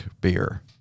beer